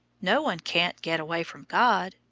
no one can't get away from god,